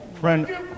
friend